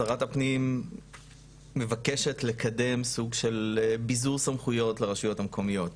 שרת הפנים מבקשת לקדם סוג של ביזור סמכויות לרשויות המקומיות,